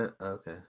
Okay